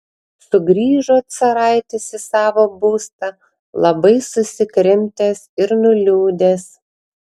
sugrįžo caraitis į savo būstą labai susikrimtęs ir nuliūdęs